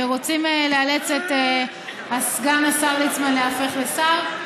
רוצים לאלץ את סגן השר ליצמן להיהפך לשר.